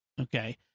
Okay